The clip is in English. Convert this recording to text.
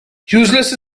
useless